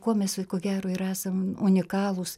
muo mes ko gero ir esam unikalūs